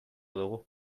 dugu